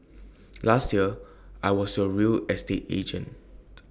last year I was your real estate agent